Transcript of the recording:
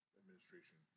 administration